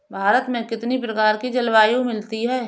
भारत में कितनी प्रकार की जलवायु मिलती है?